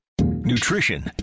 Nutrition